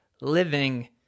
living